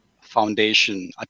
foundation